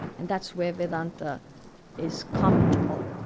and that's where vedanta is common to all.